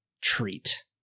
treat